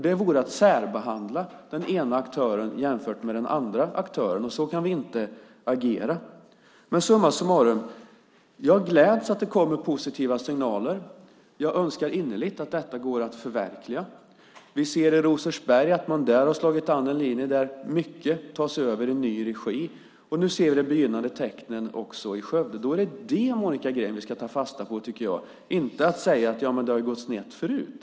Det vore att särbehandla den ena aktören jämfört med den andra aktören, och så kan vi inte agera. Summa summarum: Jag gläds åt att det kommer positiva signaler. Jag önskar innerligt att detta går att förverkliga. Vi ser i Rosersberg att man där har slagit in på en linje där mycket tas över i ny regi. Nu ser vi begynnande tecken också i Skövde. Det är vad vi ska ta fasta på, Monica Green, och inte säga: Det har ju gått snett förut.